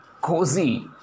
cozy